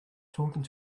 talking